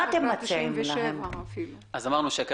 אמרנו,